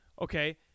Okay